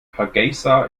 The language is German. hargeysa